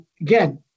Again